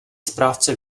správce